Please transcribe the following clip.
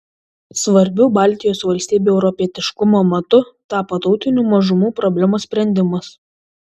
svarbiu baltijos valstybių europietiškumo matu tapo tautinių mažumų problemos sprendimas